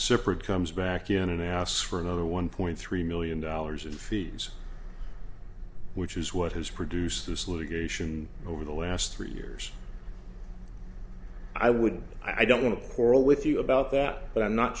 separate comes back in and asks for another one point three million dollars in fees which is what has produced this litigation over the last three years i wouldn't i don't want to quarrel with you about that but i'm not